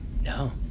No